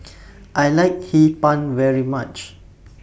I like Hee Pan very much